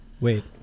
Wait